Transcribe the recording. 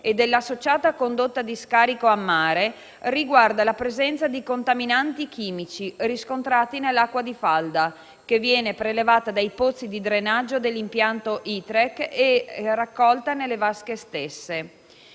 e dell'associata condotta di scarico a mare riguarda la presenza di contaminanti chimici, riscontrata nell'acqua di falda, che viene prelevata dai pozzi di drenaggio dell'impianto ITREC e raccolta nelle vasche stesse.